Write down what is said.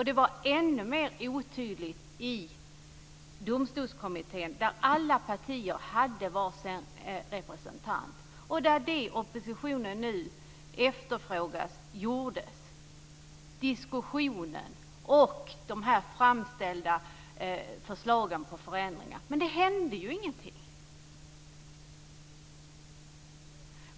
Det var ännu mer otydligt i Domstolskommittén där alla partier hade var sin representant. Det oppositionen nu efterfrågar gjordes där. Diskussionen fördes och förslagen till förändringar framställdes. Men det hände ingenting.